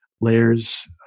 layers